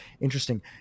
interesting